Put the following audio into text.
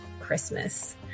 Christmas